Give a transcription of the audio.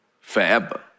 forever